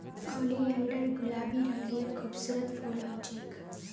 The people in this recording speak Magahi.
ओलियंडर गुलाबी रंगेर खूबसूरत फूल ह छेक